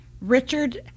richard